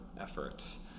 efforts